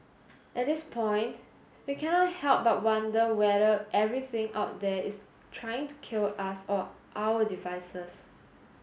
at this point we cannot help but wonder whether everything out there is trying to kill us or our devices